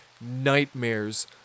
nightmares